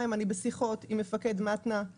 אני בשיחות עם מפקד משטרת התנועה הארצית,